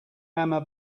mama